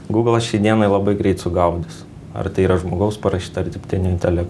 google šiai dienai labai greit sugaudys ar tai yra žmogaus parašyta ar dirbtinio intelekt